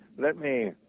let me